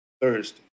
Thursday